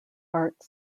art